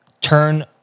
turn